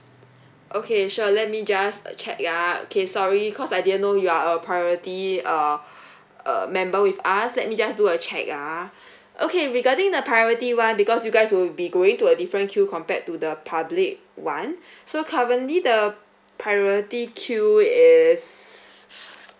okay sure let me just check ah okay sorry cause I didn't know you are a priority uh uh member with us let me just do a check ah okay regarding the priority one because you guys will be going to a different queue compared to the public one so currently the priority queue is